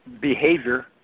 behavior